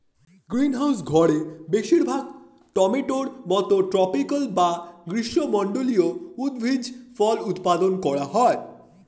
greenhouse ঘরে বেশিরভাগ টমেটোর মতো ট্রপিকাল বা গ্রীষ্মমন্ডলীয় উদ্ভিজ্জ ফল উৎপাদন করা হয়